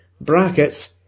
brackets